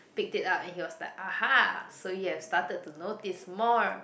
picked it up and he was like ah ha so you have started to notice more